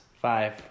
Five